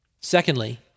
Secondly